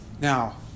Now